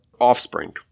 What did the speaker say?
offspring